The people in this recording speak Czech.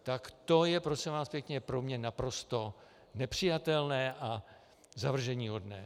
Tak to je prosím vás pro mě naprosto nepřijatelné a zavrženíhodné.